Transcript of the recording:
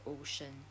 ocean